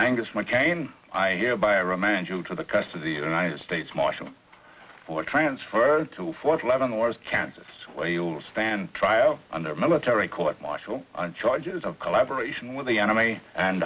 angus mccain i hereby remand you to the cost of the united states marshal for transferred to fort leavenworth kansas where you will stand trial under military court martial on charges of collaboration with the enemy and